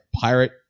pirate